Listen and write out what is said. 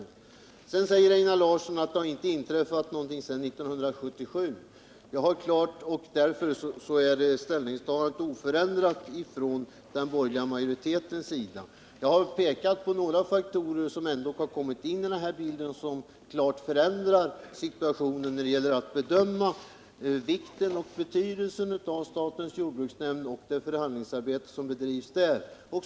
Einar Larsson säger också att det inte har inträffat någonting nytt sedan 1977 och att den borgerliga majoritetens ställningsstagande därför kvarstår oförändrat. Jag har pekat på några faktorer som ändock tillkommit i denna bild och som klart förändrar bedömningen av den vikt och betydelse som förhandlingsarbetet i statens jordbruksnämnd har.